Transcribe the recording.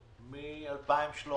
מ-2013.